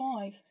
five